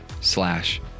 slash